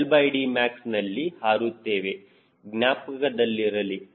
866LDmaxನಲ್ಲಿ ಹಾರುತ್ತೇವೆ ಜ್ಞಾಪಕದಲ್ಲಿರಲಿ